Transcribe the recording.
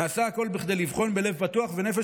נעשה הכול כדי לבחון בלב פתוח ונפש